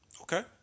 Okay